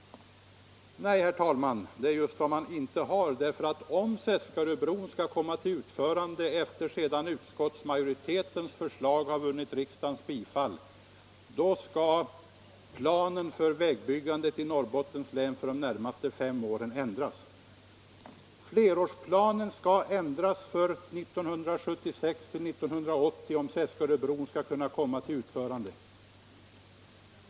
Nej, det är just vad man inte har. Ty om Seskaröbron skall komma till utförande sedan utskottsmajoritetens förslag vunnit riksdagens bifall, så måste planen för vägbyggandet i Norrbottens län för de närmaste fem åren ändras. Flerårsplanen skall ändras för åren 1976-1980, om Seskaröbron skall komma till utförande.